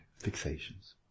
fixations